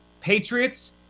Patriots